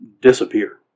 disappear